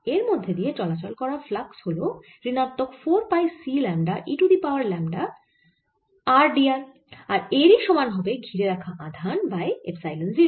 এর মধ্যে দিয়ে চলাচল করা ফ্লাক্স হল ঋণাত্মক 4 পাই C lambda e to the power lambda r d r আর এরই সমান হবে ঘিরে রাখা আধান বাই এপসাইলন 0